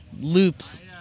loops